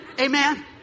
Amen